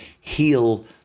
heal